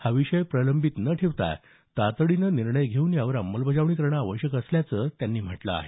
हा विषय प्रलंबित न ठेवता तातडीने निर्णय घेवून यावर अंमलबजावणी करणं आवश्यक असल्याचं या निवेदनात म्हटलं आहे